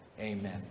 Amen